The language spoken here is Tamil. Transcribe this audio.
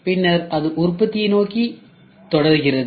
பின்னர் அது உற்பத்தியை நோக்கி தொடர்கிறது